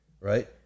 right